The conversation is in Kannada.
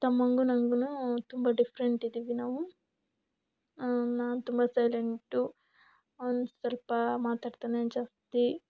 ತಮ್ಮನಿಗೂ ನಂಗೂ ತುಂಬ ಡಿಫರೆಂಟ್ ಇದ್ದೀವಿ ನಾವು ನಾನು ತುಂಬ ಸೈಲೆಂಟು ಅವ್ನು ಸ್ವಲ್ಪ ಮಾತಾಡ್ತಾನೆ ಜಾಸ್ತಿ